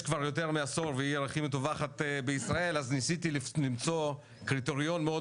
כבר יותר מעשור והיא העיר הכי מטווחת בישראל אז ניסיתי למצוא קריטריון מאוד